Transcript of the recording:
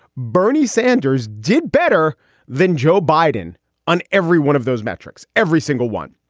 bernie sanders did better than joe biden on every one of those metrics. every single one.